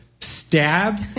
stab